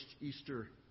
Easter